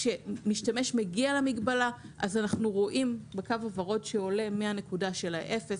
שמשתמש מגיע למגבלה אז אנחנו רואים בקו הוורוד שעולה מהנקודה של האפס